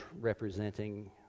representing